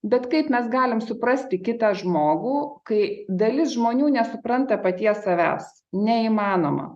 bet kaip mes galim suprasti kitą žmogų kai dalis žmonių nesupranta paties savęs neįmanoma